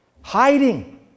Hiding